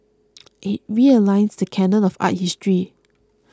it realigns the canon of art history